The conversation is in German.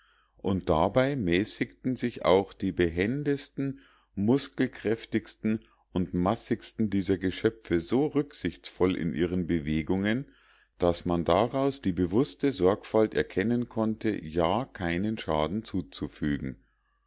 und dabei mäßigten sich auch die behendesten muskelkräftigsten und massigsten dieser geschöpfe so rücksichtsvoll in ihren bewegungen daß man daraus die bewußte sorgfalt erkennen konnte ja keinen schaden zuzufügen